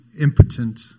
impotent